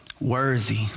worthy